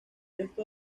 resto